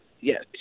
yes